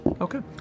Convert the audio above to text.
Okay